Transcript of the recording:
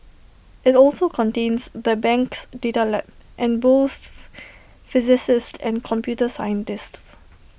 IT also contains the bank's data lab and boasts physicists and computer scientists